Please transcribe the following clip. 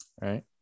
Right